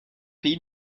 pays